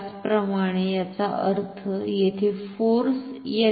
त्याचप्रमाणे याचा अर्थ येथे फोर्स या दिशेने असेल